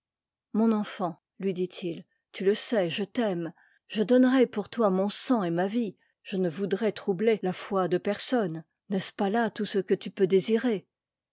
mon enfant lui dit-il tu le sais je t'aime je donnerais pour toi mon sang et ma vie je ne voudrais troubler la foi de personne n'est ce pas là tout ce que tu peux désirer